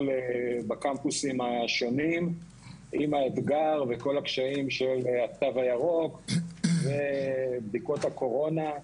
בקמפוסים השונים עם האתגר וכל הקשיים של התו הירוק ובדיקות הקורונה.